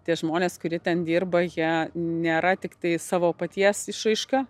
tie žmonės kurie ten dirba jie nėra tiktai savo paties išraiška